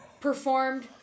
performed